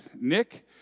Nick